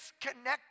disconnected